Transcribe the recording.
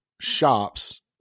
shops